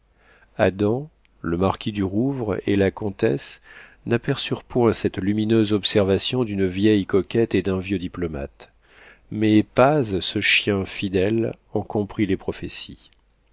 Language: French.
adam le marquis de rouvre et la comtesse n'aperçurent point cette lumineuse observation d'une vieille coquette et d'un vieux diplomate mais paz ce chien fidèle en comprit les prophéties